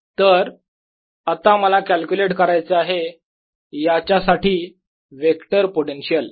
तर आता मला कॅल्क्युलेट करायचे आहे याच्यासाठी वेक्टर पोटेन्शियल